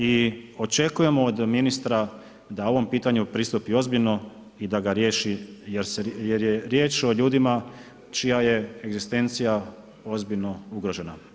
I očekujemo od ministra da ovom pitanju pristupi ozbiljno i da ga riješi jer je riječ o ljudima čija je egzistencija ozbiljno ugrožena.